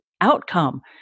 outcome